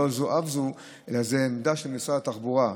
לא זו אף זו, זו עמדה של משרד התחבורה,